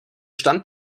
stand